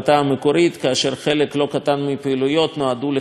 כאשר חלק לא קטן מהפעילויות נועדו לחיפה בלבד.